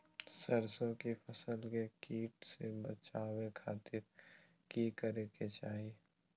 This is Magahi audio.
सरसों की फसल के कीट से बचावे खातिर की करे के चाही?